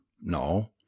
No